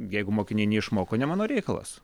jeigu mokiniai neišmoko ne mano reikalas